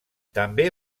també